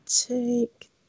take